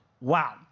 Wow